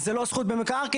זה לא זכות במקרקעין.